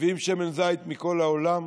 מביאים שמן זית מכל העולם.